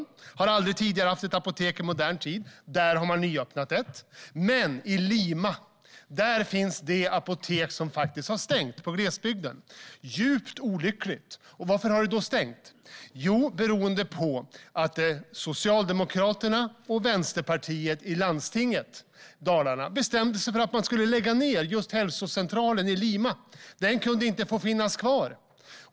Där har det aldrig tidigare i modern tid funnits ett apotek, men nu har man öppnat ett. Men i Lima har faktiskt ett apotek i glesbygden stängts, vilket är djupt olyckligt. Varför har det då stängts? Jo, det beror på att Socialdemokraterna och Vänsterpartiet i Landstinget i Dalarna bestämde sig för att lägga ned hälsocentralen i just Lima. Den fick inte finnas kvar.